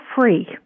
free